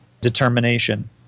determination